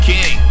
King